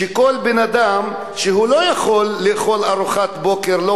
שכל אדם שלא יכול לאכול לארוחת בוקר לא